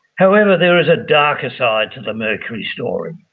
however, there is a darker side to the mercury story.